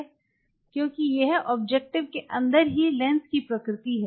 क्योंकि यह ऑब्जेक्टिव के अंदर ही लेंस की प्रकृति है